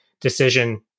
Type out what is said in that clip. decision